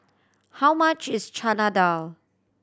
how much is Chana Dal